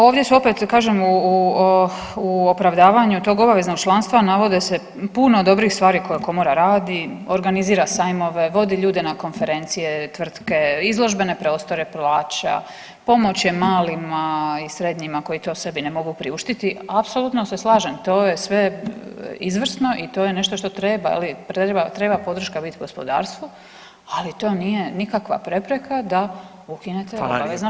Ovdje su opet, kažem u opravdavanju tog obaveznog članstva, navode se puno dobrih stvari koje Komora radi, organizira sajmove, vodi ljude na konferencije, tvrtke, izložbene prostore plaća, pomoći malima i srednjima koji to sebi ne mogu priuštiti, apsolutno se slažem, to je sve izvrsno i to je nešto što treba, je li, treba podrška biti gospodarstvu, ali to nije nikakva prepreka da ukinete obavezno članstvo.